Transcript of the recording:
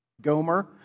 Gomer